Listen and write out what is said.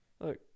Look